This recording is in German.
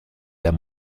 der